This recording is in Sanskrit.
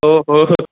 ओ भोः